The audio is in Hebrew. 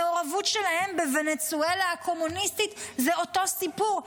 המעורבות שלהם בוונצואלה הקומוניסטית זה אותו סיפור.